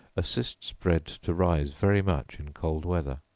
assists bread to rise very much in cold weather.